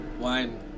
wine